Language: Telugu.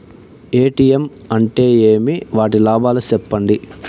ఎ.టి.ఎం అంటే ఏమి? వాటి లాభాలు సెప్పండి?